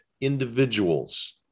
individuals